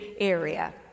area